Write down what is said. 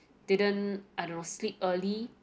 didn't I don't know sleep early